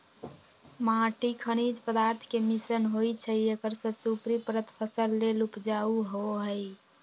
माटी खनिज पदार्थ के मिश्रण होइ छइ एकर सबसे उपरी परत फसल लेल उपजाऊ होहइ